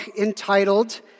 entitled